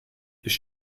ich